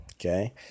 Okay